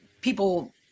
people –